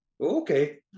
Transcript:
Okay